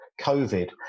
COVID